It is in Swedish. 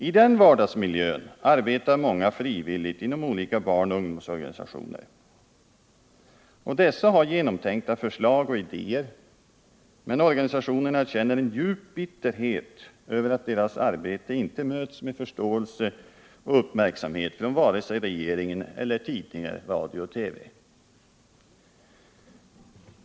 I den vardagsmiljön arbetar många frivilligt inom olika barnoch ungdomsorganisationer. Dessa har genomtänkta förslag och idéer, men de känner en djup bitterhet över att deras arbete inte möts med förståelse och uppmärksamhet från vare sig regeringen eller tidningar, radio och TV.